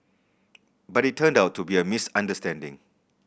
but it turned out to be a misunderstanding